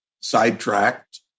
sidetracked